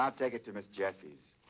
um take it to miss jessie's.